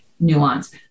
nuance